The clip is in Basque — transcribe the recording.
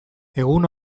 egun